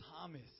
Thomas